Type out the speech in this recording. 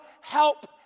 help